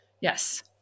Yes